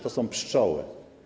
To są pszczoły.